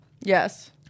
Yes